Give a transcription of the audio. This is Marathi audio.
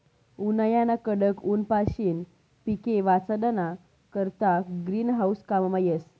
उन्हायाना कडक ऊनपाशीन पिके वाचाडाना करता ग्रीन हाऊस काममा येस